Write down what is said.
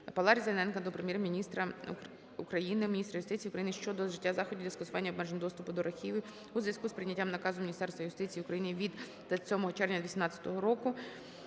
ПавлаРізаненка до Прем'єр-міністра України, міністра юстиції України щодо вжиття заходів для скасування обмежень доступу до архівів у зв'язку з прийняттям наказу Міністерства юстиції України від 27 червня 18-го року